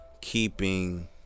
keeping